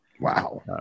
wow